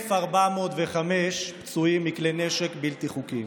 1,405 פצועים מכלי נשק בלתי חוקיים,